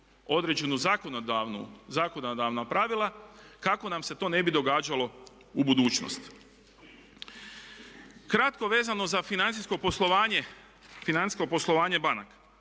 zakonodavnu, zakonodavna pravila kako nam se to ne bi događalo u budućnosti. Kratko vezano za financijsko poslovanje,